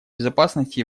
безопасности